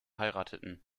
heirateten